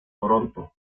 toronto